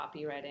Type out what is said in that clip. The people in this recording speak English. copywriting